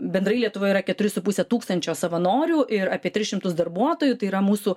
bendrai lietuvoj yra keturi su puse tūkstančio savanorių ir apie tris šimtus darbuotojų tai yra mūsų